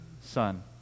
son